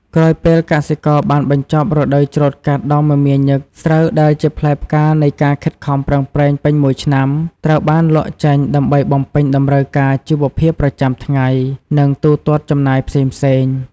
ក្រោយពេលកសិករបានបញ្ចប់រដូវច្រូតកាត់ដ៏មមាញឹក ស្រូវដែលជាផ្លែផ្កានៃការខិតខំប្រឹងប្រែងពេញមួយឆ្នាំ ត្រូវបានលក់ចេញដើម្បីបំពេញតម្រូវការជីវភាពប្រចាំថ្ងៃ និងទូទាត់ចំណាយផ្សេងៗ។